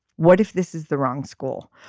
what if this is the wrong school.